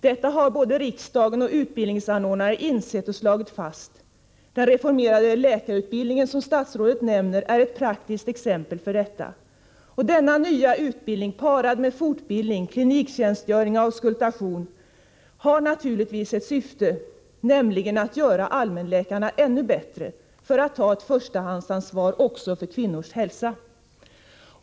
Detta har både riksdagen och utbildningsanordnare insett och slagit fast. Den reformerade läkarutbildning som statsrådet nämner är ett praktiskt exempel på detta. Denna nya utbildning, parad med fortbildning, kliniktjänstgöring och auskultation har naturligtvis ett syfte, nämligen att göra allmänläkarna ännu bättre när det gäller att ta ett förstahandsansvar också för kvinnors hälsa.